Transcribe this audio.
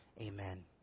Amen